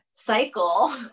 cycle